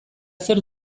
zer